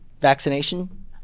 vaccination